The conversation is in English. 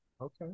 Okay